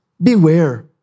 Beware